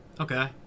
Okay